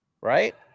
right